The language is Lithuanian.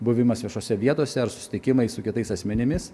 buvimas viešose vietose ar susitikimai su kitais asmenimis